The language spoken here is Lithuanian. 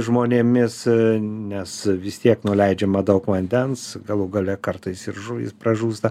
žmonėmis nes vis tiek nuleidžiama daug vandens galų gale kartais ir žuvys pražūsta